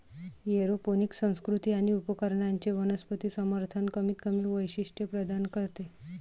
aeroponic संस्कृती आणि उपकरणांचे वनस्पती समर्थन कमीतकमी वैशिष्ट्ये प्रदान करते